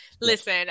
listen